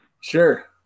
Sure